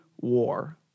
war